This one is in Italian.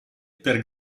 per